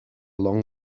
long